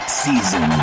season